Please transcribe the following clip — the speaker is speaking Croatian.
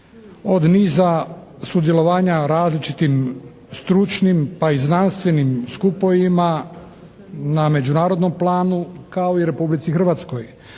od niza sudjelovanja na različitim stručnim pa i znanstvenim skupovima na međunarodnom planu, kao i Republici Hrvatskoj.